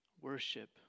worship